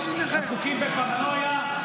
עסוקים בפרנויה,